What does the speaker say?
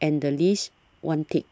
and the least one tick